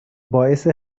باعث